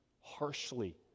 harshly